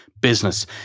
business